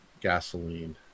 gasoline